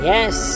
Yes